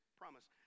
promise